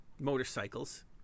motorcycles